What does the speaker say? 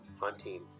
hunting